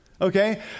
okay